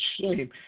shame